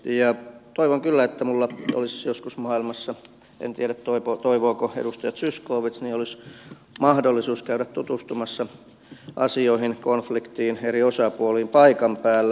ja toivon kyllä että minulla olisi joskus maailmassa en tiedä toivooko edustaja zyskowicz mahdollisuus käydä tutustumassa asioihin konf liktin eri osapuoliin paikan päällä